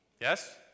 Yes